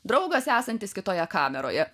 draugas esantis kitoje kameroje